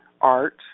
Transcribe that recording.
art